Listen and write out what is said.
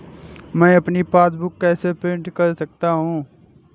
मैं अपनी पासबुक कैसे प्रिंट कर सकता हूँ?